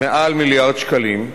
מעל מיליארד שקלים,